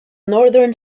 northern